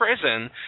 prison